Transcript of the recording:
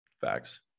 Facts